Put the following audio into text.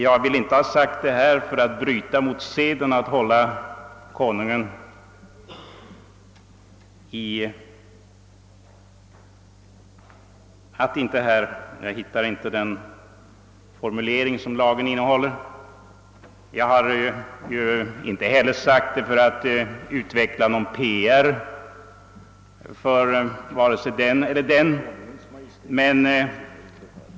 Jag har inte sagt det här för att bryta mot budet att Konungens Majestät skall hållas i helgd och vördnad. Jag har inte heller sagt det för att utveckla någon PR för monarken. Vill endast påvisa SÄPO:s svåra uppgift.